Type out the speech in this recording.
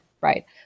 right